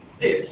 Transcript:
Yes